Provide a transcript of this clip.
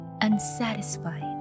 unsatisfied